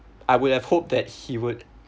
I would have hoped that he would